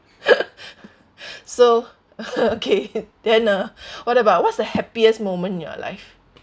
so okay then uh what about what's the happiest moment in your life